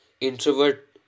introvert